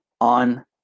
on